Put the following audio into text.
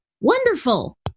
wonderful